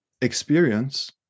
experience